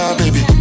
baby